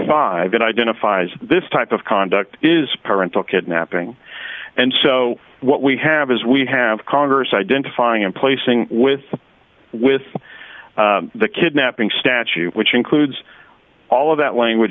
it identifies this type of conduct is parental kidnapping and so what we have is we have congress identifying and placing with with the kidnapping statute which includes all of that language